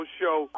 show